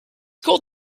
called